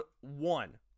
one